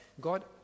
God